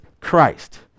Christ